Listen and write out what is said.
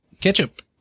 Ketchup